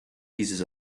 pieces